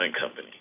company